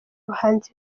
abahanzi